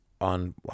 on